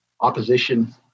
opposition